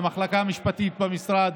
למחלקה המשפטית במשרד,